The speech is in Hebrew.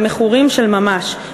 למכורים של ממש,